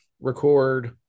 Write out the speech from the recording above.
record